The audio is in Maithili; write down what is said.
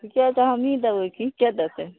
ठीके तऽ हमहीं देबय की कए देतय